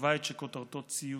בבית שכותרתו "ציות":